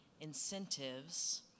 incentives